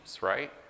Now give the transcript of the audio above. right